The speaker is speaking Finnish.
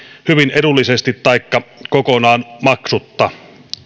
hyvin edullisesti taikka kokonaan maksutta